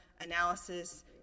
analysis